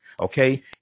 Okay